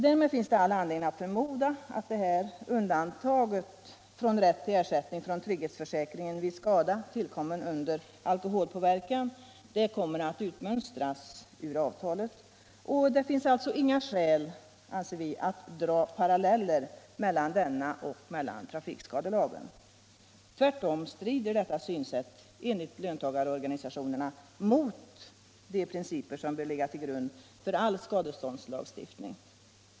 Därmed finns det all anledning att förmoda att det här undantaget från rätt till ersättning från trygghetsförsäkringen vid skada tillkommen under alkoholpåverkan kommer att utmöstras ur avtalet, och det finns alltså, anser vi, inga skäl att dra paralleller mellan denna försäkring och trafikskadelagen. Tvärtom strider detta synsätt enligt löntagarorganisationerna mot de principer som bör ligga till grund för all skadeståndslagstiftning.